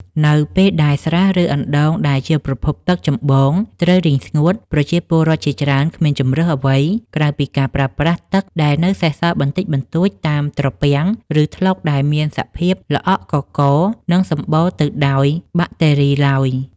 នៅពេលដែលស្រះ ឬអណ្ដូងដែលជាប្រភពទឹកចម្បងត្រូវរីងស្ងួត ប្រជាពលរដ្ឋជាច្រើនគ្មានជម្រើសអ្វីក្រៅពីការប្រើប្រាស់ទឹកដែលនៅសេសសល់បន្តិចបន្តួចតាមត្រពាំង ឬថ្លុកដែលមានសភាពល្អក់កករ និងសំបូរទៅដោយបាក់តេរីឡើយ។